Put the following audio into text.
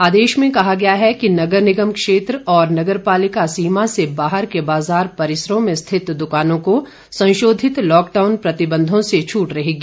आदेश में कहा गया है कि नगर निगम क्षेत्र और नगर पालिका सीमा से बाहर के बाजार परिसरों में स्थित दुकानों को संशोधित लॉकडाउन प्रतिबंधों से छूट रहेगी